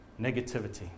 negativity